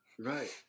right